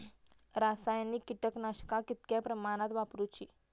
रासायनिक कीटकनाशका कितक्या प्रमाणात वापरूची?